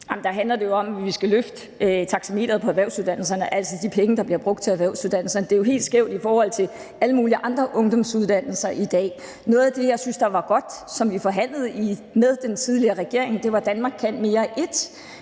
Der handler det jo om, at vi skal hæve taxameteret på erhvervsuddannelserne, altså det beløb, der bliver brugt på erhvervsuddannelserne. Det er jo helt skævt i forhold til alle mulige andre ungdomsuddannelser i dag. Noget af det, vi forhandlede med den tidligere regering, og som jeg syntes var godt,